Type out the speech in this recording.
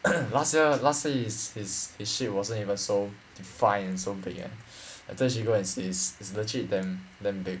last year last year his his his shit wasn't even so defined so big eh I think you should go and see it's it's legit damn damn big